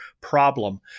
problem